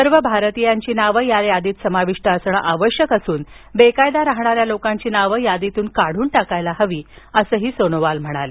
सर्व भारतीयांची नावं या यादीत समाविष्ट असणं आवश्यक असून बेकायदा राहणाऱ्या लोकांची नावं यादीतून काढून टाकायला हवीत असं सोनोवाल म्हणाले